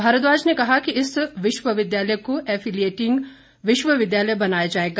भारद्वाज ने कहा कि इस विश्वविद्यालय को एफिलिएटिंग विश्वविद्यालय बनाया जाएगा